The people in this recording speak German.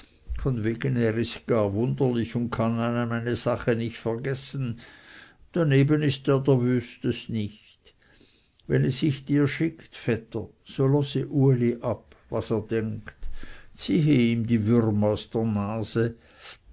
von wegen er ist gar wunderlich und kann einem eine sache nicht vergessen darneben ist er der wüstest nicht wenn es sich dir schickt vetter so lose uli ab was er denkt ziehe ihm die würm aus der nase